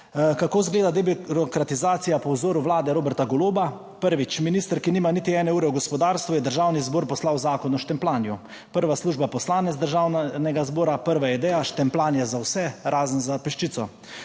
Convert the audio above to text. Kako izgleda debirokratizacija po vzoru vlade Roberta Goloba? Prvič, minister, ki nima niti ene ure v gospodarstvu, je Državni zbor poslal zakon o štempljanju, prva služba, poslanec Državnega zbora, prva ideja, štempljanje za vse, razen za peščico.